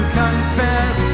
confess